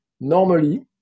normally